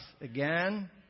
again